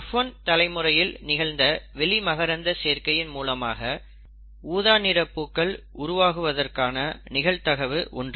F1 தலைமுறையில் நிகழ்ந்த வெளி மகரந்தச் சேர்க்கையின் மூலமாக ஊதா நிற பூக்கள் உருவாகுவதற்கான நிகழ்தகவு 1